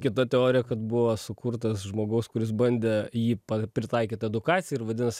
kita teorija kad buvo sukurtas žmogaus kuris bandė jį pa pritaikyt edukacijai ir vadinasi